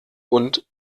und